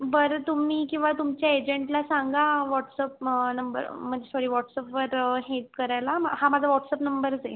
बरं तुम्ही किंवा तुमच्या एजंटला सांगा व्हॉटस्अप नंबर म्हणजे सॉरी व्हॉटस्अपवर हेल्प करायला हा माझा व्हॉटस्अप नंबरच आहे